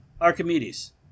Archimedes